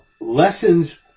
lessons